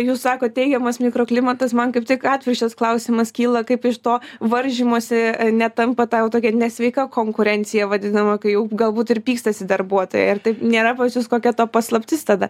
jūs sakot teigiamas mikroklimatas man kaip tik atvirkščias klausimas kyla kaip iš to varžymosi netampa ta jau tokia nesveika konkurencija vadinama kai jau galbūt ir pykstasi darbuotojai ar taip nėra pas jus kokia to paslaptis tada